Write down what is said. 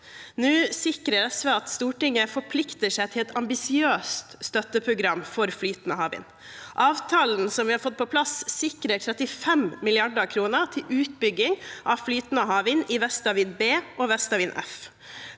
nå sikres ved at Stortinget forplikter seg til et ambisiøst støtteprogram for dette. Avtalen vi har fått på plass, sikrer 35 mrd. kr til utbygging av flytende havvind i Vestavind B og Vestavind F.